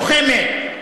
לוחמת,